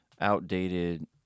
outdated